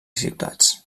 ciutats